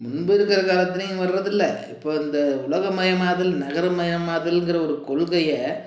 முன்பு இருக்கிற காலத்துலேயும் வர்றது இல்லை இப்போ இந்த உலகமயமாதல் நகரமயமாதலுங்கிற ஒரு கொள்கையை